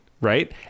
right